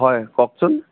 হয় কওকচোন